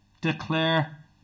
declare